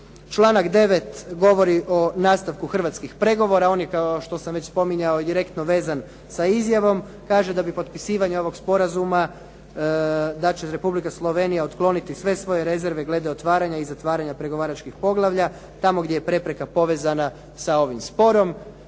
Članak 9. govori o nastavku hrvatskih pregovora. On je kao što sam već spominjao i direktno vezan sa izjavom. Kaže da bi potpisivanje ovog sporazuma, da će Republika Slovenija otkloniti sve svoje rezerve glede otvaranja i zatvaranja pregovaračkih poglavlja tamo gdje je prepreka povezana sa ovim sporom.